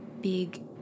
big